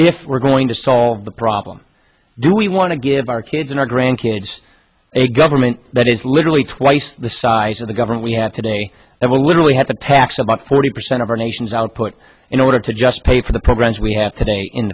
if we're going to solve the problem do we want to give our kids and our grandkids a government that is literally twice the size of the government we have today that will literally have to tax about forty percent of our nation's output in order to just pay for the programs we have today in